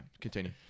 continue